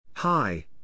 Hi